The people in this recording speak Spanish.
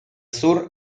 sur